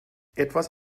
etwas